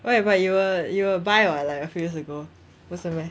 oh my god you were you were bi [what] like a few years ago 不是 meh